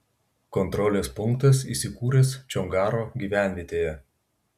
kontrolės punktas įsikūręs čongaro gyvenvietėje